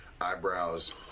eyebrows